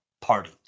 party